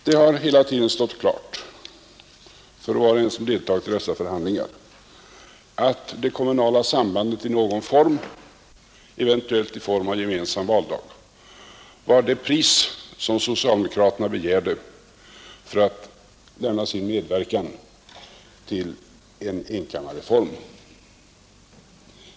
Det har hela tiden stått klart för var och en som deltagit i dessa förhandlingar att det kommunala sambandet i någon form, eventuellt i form av gemensam valdag, var det pris som socialdemokraterna begärde för att lämna sin medverkan till en enkammarreform.